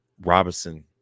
Robinson